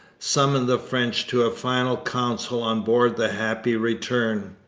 summoned the french to a final council on board the happy return.